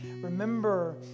remember